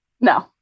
No